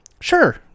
Sure